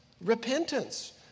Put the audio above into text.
repentance